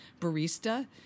barista